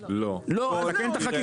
לא לעיר.